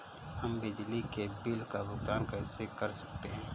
हम बिजली के बिल का भुगतान कैसे कर सकते हैं?